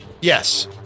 Yes